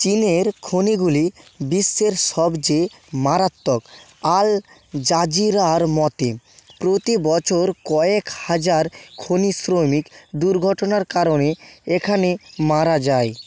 চীনের খনিগুলি বিশ্বের সবচেয়ে মারাত্মক আল জাজিরার মতে প্রতি বছর কয়েক হাজার খনি শ্রমিক দুর্ঘটনার কারণে এখানে মারা যায়